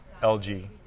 LG